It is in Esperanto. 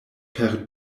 per